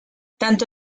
tanto